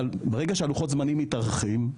אבל ברגע שלוחות הזמנים מתארכים,